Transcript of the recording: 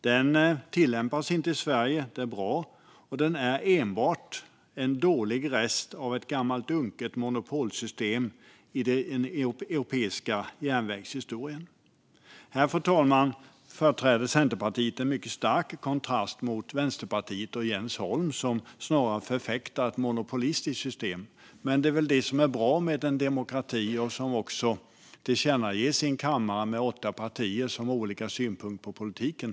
Den tillämpas inte i Sverige, och det är bra. Den är enbart en dålig rest av ett gammalt unket monopolsystem i den europeiska järnvägshistorien. Här, fru talman, företräder Centerpartiet en mycket stark kontrast mot Vänsterpartiet och Jens Holm, som snarare förfäktar ett monopolistiskt system. Men det är väl det som är bra med en demokrati och som också tillkännages i en kammare med åtta partier som har olika synpunkter på politiken.